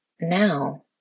Now